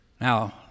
Now